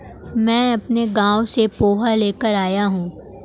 मैं अपने गांव से पोहा लेकर आया हूं